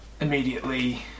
immediately